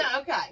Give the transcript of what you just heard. okay